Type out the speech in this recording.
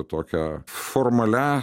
tokią formalią